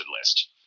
list